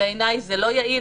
בעיניי, זה לא יעיל.